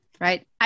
Right